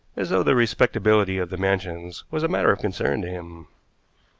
as though the respectability of the mansions was a matter of concern to him.